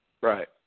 Right